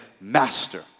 Master